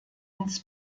ins